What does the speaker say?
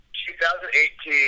2018